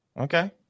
Okay